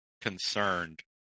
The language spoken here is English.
concerned